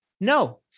No